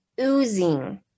oozing